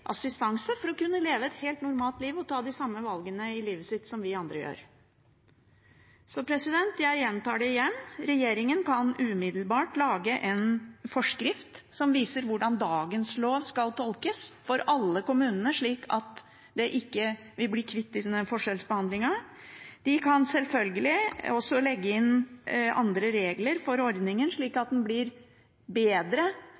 assistanse for å kunne leve et helt normalt liv og ta de samme valgene i livet sitt som vi andre gjør. Så jeg gjentar det: Regjeringen kan umiddelbart lage en forskrift som viser hvordan dagens lov skal tolkes, for alle kommunene – slik at vi blir kvitt denne forskjellsbehandlingen. De kan selvfølgelig også legge inn andre regler for ordningen, slik